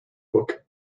book